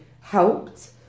helped